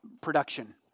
production